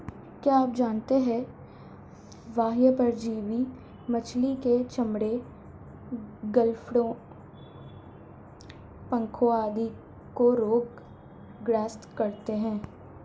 क्या आप जानते है बाह्य परजीवी मछली के चर्म, गलफड़ों, पंखों आदि को रोग ग्रस्त करते हैं?